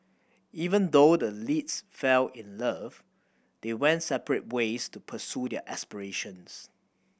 even though the leads fell in love they went separate ways to pursue their aspirations